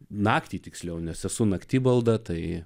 naktį tiksliau nes esu naktibalda tai